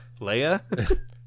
Leia